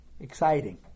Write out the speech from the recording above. exciting